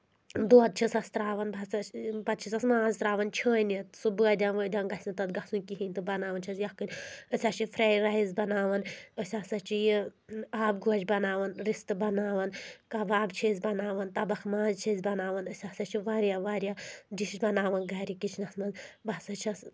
دۄد چھےٚ سس ترٛاوَان بہٕ ہسا چھِ پَتہٕ چھےٚ سس ماز ترٛاوَان چھٲنِتھ سُہ بٲدِیانہٕ وٲدِیانہٕ گژھِ نہٕ تَتھ گژھُن کِہیٖنۍ تہٕ بَناوان چھَس یخھٕنۍ أسۍ ہسا چھِ فرایڈ رایِس بناوان أسۍ ہسا چھِ یہِ آبہٕ گۄش بناوَان رِستہٕ بناوان کَباب چھِ أسۍ بناوان تَبکھ ماز چھِ أسۍ بَناوان أسۍ ہسا چھِ واریاہ واریاہ ڈِش بناوان گرِ کِچنَس منٛز بہٕ ہسا چھَس